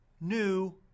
new